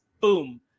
boom